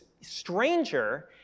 stranger